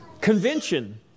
convention